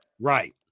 Right